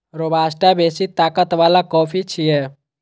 robusta बेसी ताकत बला कॉफी छियै